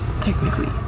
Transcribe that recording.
technically